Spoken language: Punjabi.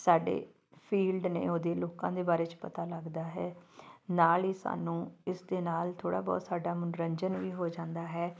ਸਾਡੇ ਫੀਲਡ ਨੇ ਉਹਦੇ ਲੋਕਾਂ ਦੇ ਬਾਰੇ 'ਚ ਪਤਾ ਲੱਗਦਾ ਹੈ ਨਾਲ ਹੀ ਸਾਨੂੰ ਇਸ ਦੇ ਨਾਲ ਥੋੜ੍ਹਾ ਬਹੁਤ ਸਾਡਾ ਮਨੋਰੰਜਨ ਵੀ ਹੋ ਜਾਂਦਾ ਹੈ